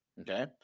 Okay